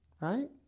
Right